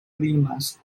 limas